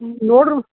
ಹ್ಞೂ ನೋಡ್ರಿ